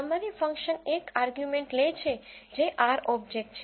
summary function એક argument લે છે જે R ઓબ્જેક્ટ છે